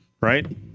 right